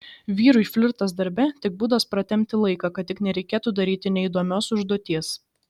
vyrui flirtas darbe tik būdas pratempti laiką kad tik nereikėtų daryti neįdomios užduoties